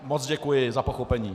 Moc děkuji za pochopení.